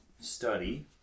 study